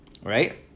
right